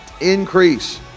increase